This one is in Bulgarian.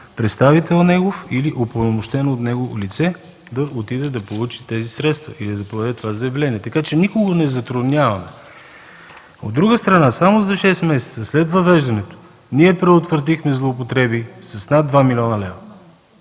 представител или упълномощено от него лице да отиде и да получи тези средства или да подаде това заявление. Така че никого не затрудняваме. От друга страна, само за шест месеца след въвеждането ние предотвратихме злоупотреби с над 2 млн. лв.